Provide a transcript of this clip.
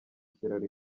kiraro